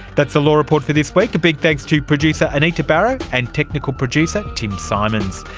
that's the law report for this week, a big thanks to producer anita barraud, and technical producer tim symonds.